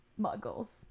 Muggles